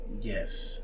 Yes